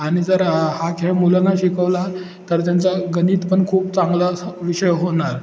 आणि जर हा खेळ मुलांना शिकवला तर त्यांचं गणित पण खूप चांगला असा विषय होणार